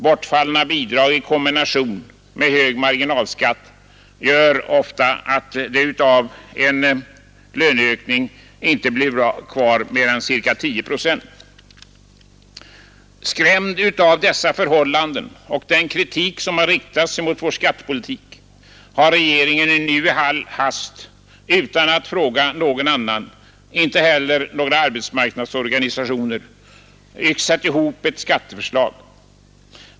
Bortfallna bidrag i kombination med hög marginalskatt gör ofta att det av en löneökning inte blir kvar mer än ca 10 procent. Skrämd av dessa förhållanden och den kritik som riktats mot vår skattepolitik har regeringen nu i all hast utan att fråga någon annan — inte heller några arbetsmarknadsorganisationer — yxat ihop ett skatteförslag.